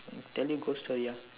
tell you ghost story ah